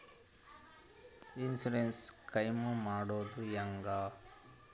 Insurance claim ಮಾಡೋದು ಹೆಂಗ?